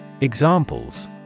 Examples